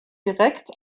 direkt